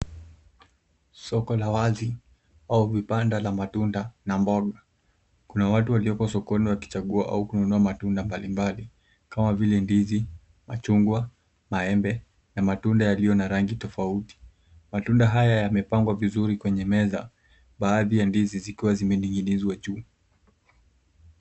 Soko la wazi au vibanda la matunda na mboga. Kuna watu walioko sokoni wakichagua au kununua matunda mbalimbali kama vile ndizi, machungwa, maembe na matunda yaliyo na rangi tofauti. Matunda haya yamepangwa vizuri kwenye meza baadhi ya ndizi zikiwa zimening'inizwa juu.